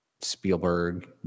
Spielberg